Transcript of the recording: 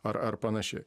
ar ar panašiai